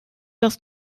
das